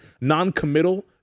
Non-committal